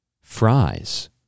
fries